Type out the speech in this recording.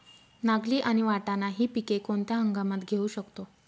नागली आणि वाटाणा हि पिके कोणत्या हंगामात घेऊ शकतो?